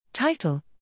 Title